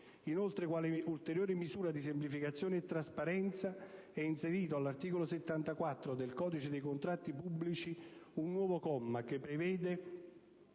Inoltre, quale ulteriore misura di semplificazione e trasparenza, è inserito, all'articolo 74 del codice dei contratti pubblici, un nuovo comma che prevede